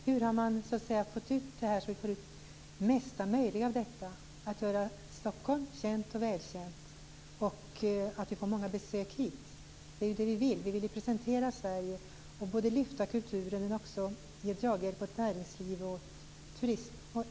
Hur har man fått ut det här så att man får ut det mesta möjliga av det; att göra Stockholm känt och välkänt och att få många besök hit. Det är ju vad vi vill. Vi vill ju presentera Sverige. Vi vill både lyfta kulturen och ge draghjälp åt näringslivet, turismen och i övrigt.